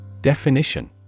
Definition